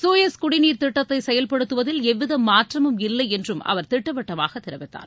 Suez குடிநீர் திட்டத்தை செயல்படுத்துவதில் எவ்வித மாற்றமும் இல்லை என்றும் அவர் திட்டவட்டமாக தெரிவித்தார்